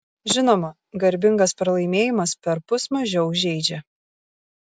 žinoma garbingas pralaimėjimas perpus mažiau žeidžia